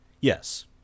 Yes